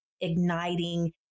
igniting